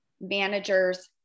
managers